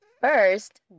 first